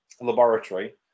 Laboratory